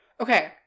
okay